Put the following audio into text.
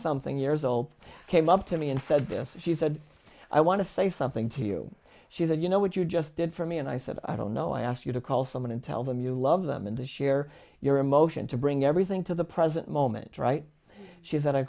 something years old came up to me and said this she said i want to say something to you she said you know what you just did for me and i said i don't know i ask you to call someone and tell them you love them and to share your emotion to bring everything to the present moment she said i